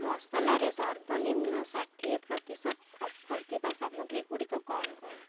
ମସଲାରେ ସର୍ବନିମ୍ନ ଷାଠିଏ ପ୍ରତିସତ ଅଫର୍ ଥିବା ସାମଗ୍ରୀ ଗୁଡ଼ିକ କ'ଣ କ'ଣ